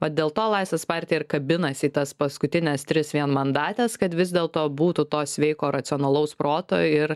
va dėl to laisvės partija ir kabinasi į tas paskutines tris vienmandates kad vis dėlto būtų to sveiko racionalaus proto ir